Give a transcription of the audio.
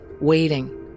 waiting